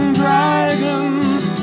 dragons